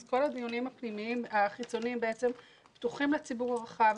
אז כל הדיונים החיצוניים פתוחים לציבור הרחב,